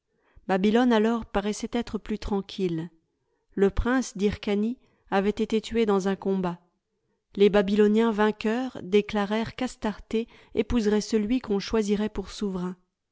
babylone alors paraissait être plus tranquille le prince d'hyrcanie avait été tué dans un combat les babyloniens vainqueurs déclarèrent qu'astarté épouserait celui qu'on choisirait pour souverain